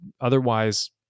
otherwise